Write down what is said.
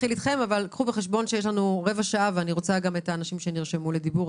ואחר כך את האנשים שנרשמו לדיבור.